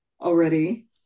already